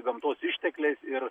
gamtos ištekliais ir